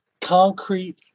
concrete